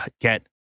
get